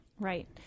Right